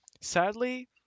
Sadly